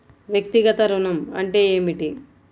వ్యక్తిగత ఋణం అంటే ఏమిటి?